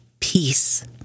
Peace